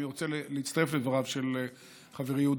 אני רוצה להצטרף לדבריו של חברי יהודה